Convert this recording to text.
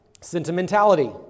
Sentimentality